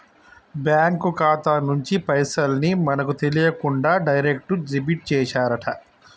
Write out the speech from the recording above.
bank ఖాతా నుంచి పైసల్ ని మనకు తెలియకుండా డైరెక్ట్ డెబిట్ చేశారట